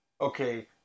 okay